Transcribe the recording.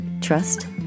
trust